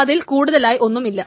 അതിൽ കൂടുതലായി ഒന്നും ഇല്ല